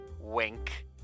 wink